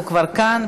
הוא כבר כאן.